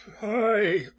Hi